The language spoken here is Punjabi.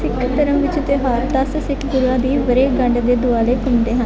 ਸਿੱਖ ਧਰਮ ਵਿੱਚ ਤਿਉਹਾਰ ਦਸ ਸਿੱਖ ਗੁਰੂਆਂ ਦੀ ਵਰ੍ਹੇਗੰਢ ਦੇ ਦੁਆਲੇ ਘੁੰਮਦੇ ਹਨ